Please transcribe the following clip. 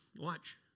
Watch